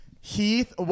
Heath